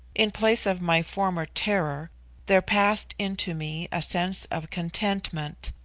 in place of my former terror there passed into me a sense of contentment,